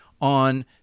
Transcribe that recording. on